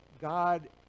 god